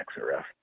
XRF